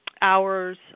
hours